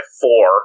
four